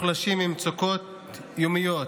אין יותר ראויים מאותם יישובים מוחלשים עם מצוקות יומיות,